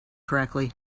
correctly